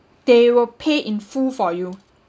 they will pay in full for you